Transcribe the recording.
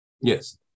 Yes